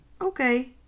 okay